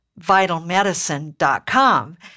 vitalmedicine.com